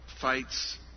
fights